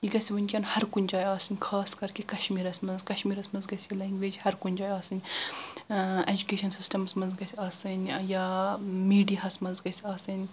یہِ گژھہِ ونکیٚن ہر کُنہِ جایہِ آسٕنۍ خاص کر کشمیرس منٛز کشمیرس منٛز گژھہِ یہِ لنگویج ہر کُنہِ جایہِ آسٕنۍ ایٚجوکیشن سسٹمس منٛز گژھہِ آسٕنۍ یا میڈیا ہس منٛز گژھہِ آسٕنۍ